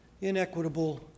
Inequitable